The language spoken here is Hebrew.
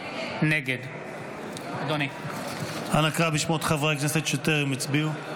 נגד אנא קרא בשמות חברי הכנסת שטרם הצביעו.